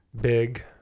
Big